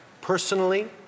personally